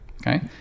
Okay